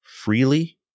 freely